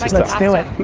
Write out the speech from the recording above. let's do it,